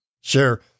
Sure